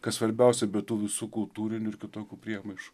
kas svarbiausia be tų visų kultūrinių ir kitokių priemaišų